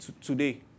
today